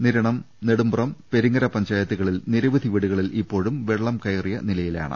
നിരണം നെടുമ്പ്രം പെരിങ്ങര പഞ്ചായത്തുകളിൽ നിരവധി വീടുകളിൽ ഇപ്പോഴും വെള്ളം കയറിയ നിലയിലാണ്